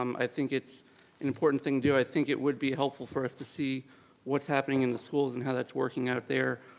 um i think it's an important thing to do. i think it would be helpful for us to see what's happening in the schools and how that's working out there.